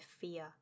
fear